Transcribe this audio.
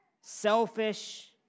selfish